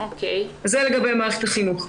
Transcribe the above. זה לגבי מערכת החינוך.